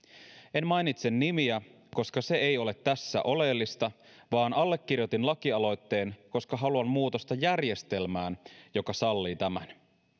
en mainitse nimiä koska se ei ole tässä oleellista vaan allekirjoitin lakialoitteen koska haluan muutosta järjestelmään joka sallii tämän